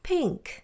Pink